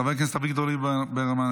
חבר הכנסת אביגדור ליברמן,